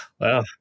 Wow